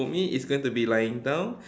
for me it's going to be lying down